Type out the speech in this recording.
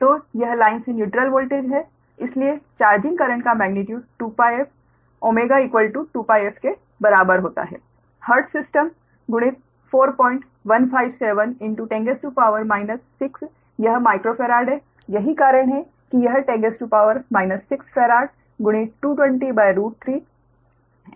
तो यह लाइन से न्यूट्रल वोल्टेज है इसलिए चार्जिंग करंट का मेग्नीट्यूड 2πf ω 2πf के बराबर होता है हर्ट्ज सिस्टम गुणित 4157 10 6 यह माइक्रो फेराड है यही कारण है कि यह 10 6 फैराड गुणित 2203 एम्पीयर प्रति फेस है